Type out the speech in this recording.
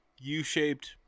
U-shaped